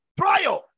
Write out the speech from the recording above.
trial